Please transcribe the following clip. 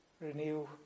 renew